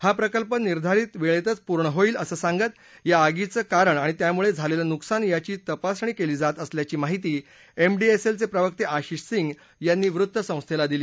हा प्रकल्प निर्धारित वेळेतच पूर्ण होईल असं सांगत या आगीचं कारण आणि त्यामुळे झालेलं नुकसान याची तपासणी केली जात असल्याची माहिती एमडीएसएलचे प्रवक्ते आशिष सिंग यांनी वृत्तसंस्थेला दिली